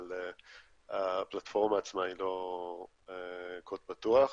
אבל הפלטפורמה עצמה היא לא קוד פתוח.